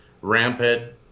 rampant